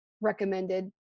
recommended